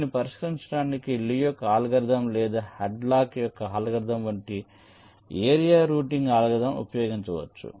దీనిని పరిష్కరించడానికి లీ యొక్క అల్గోరిథం లేదా హాడ్లాక్ యొక్క అల్గోరిథం వంటి ఏరియా రౌటింగ్ అల్గోరిథం ఉపయోగించవచ్చు